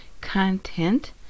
content